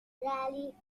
rally